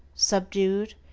subdued,